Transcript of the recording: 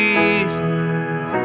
Jesus